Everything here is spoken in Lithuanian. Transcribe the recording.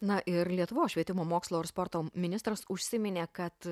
na ir lietuvos švietimo mokslo ir sporto ministras užsiminė kad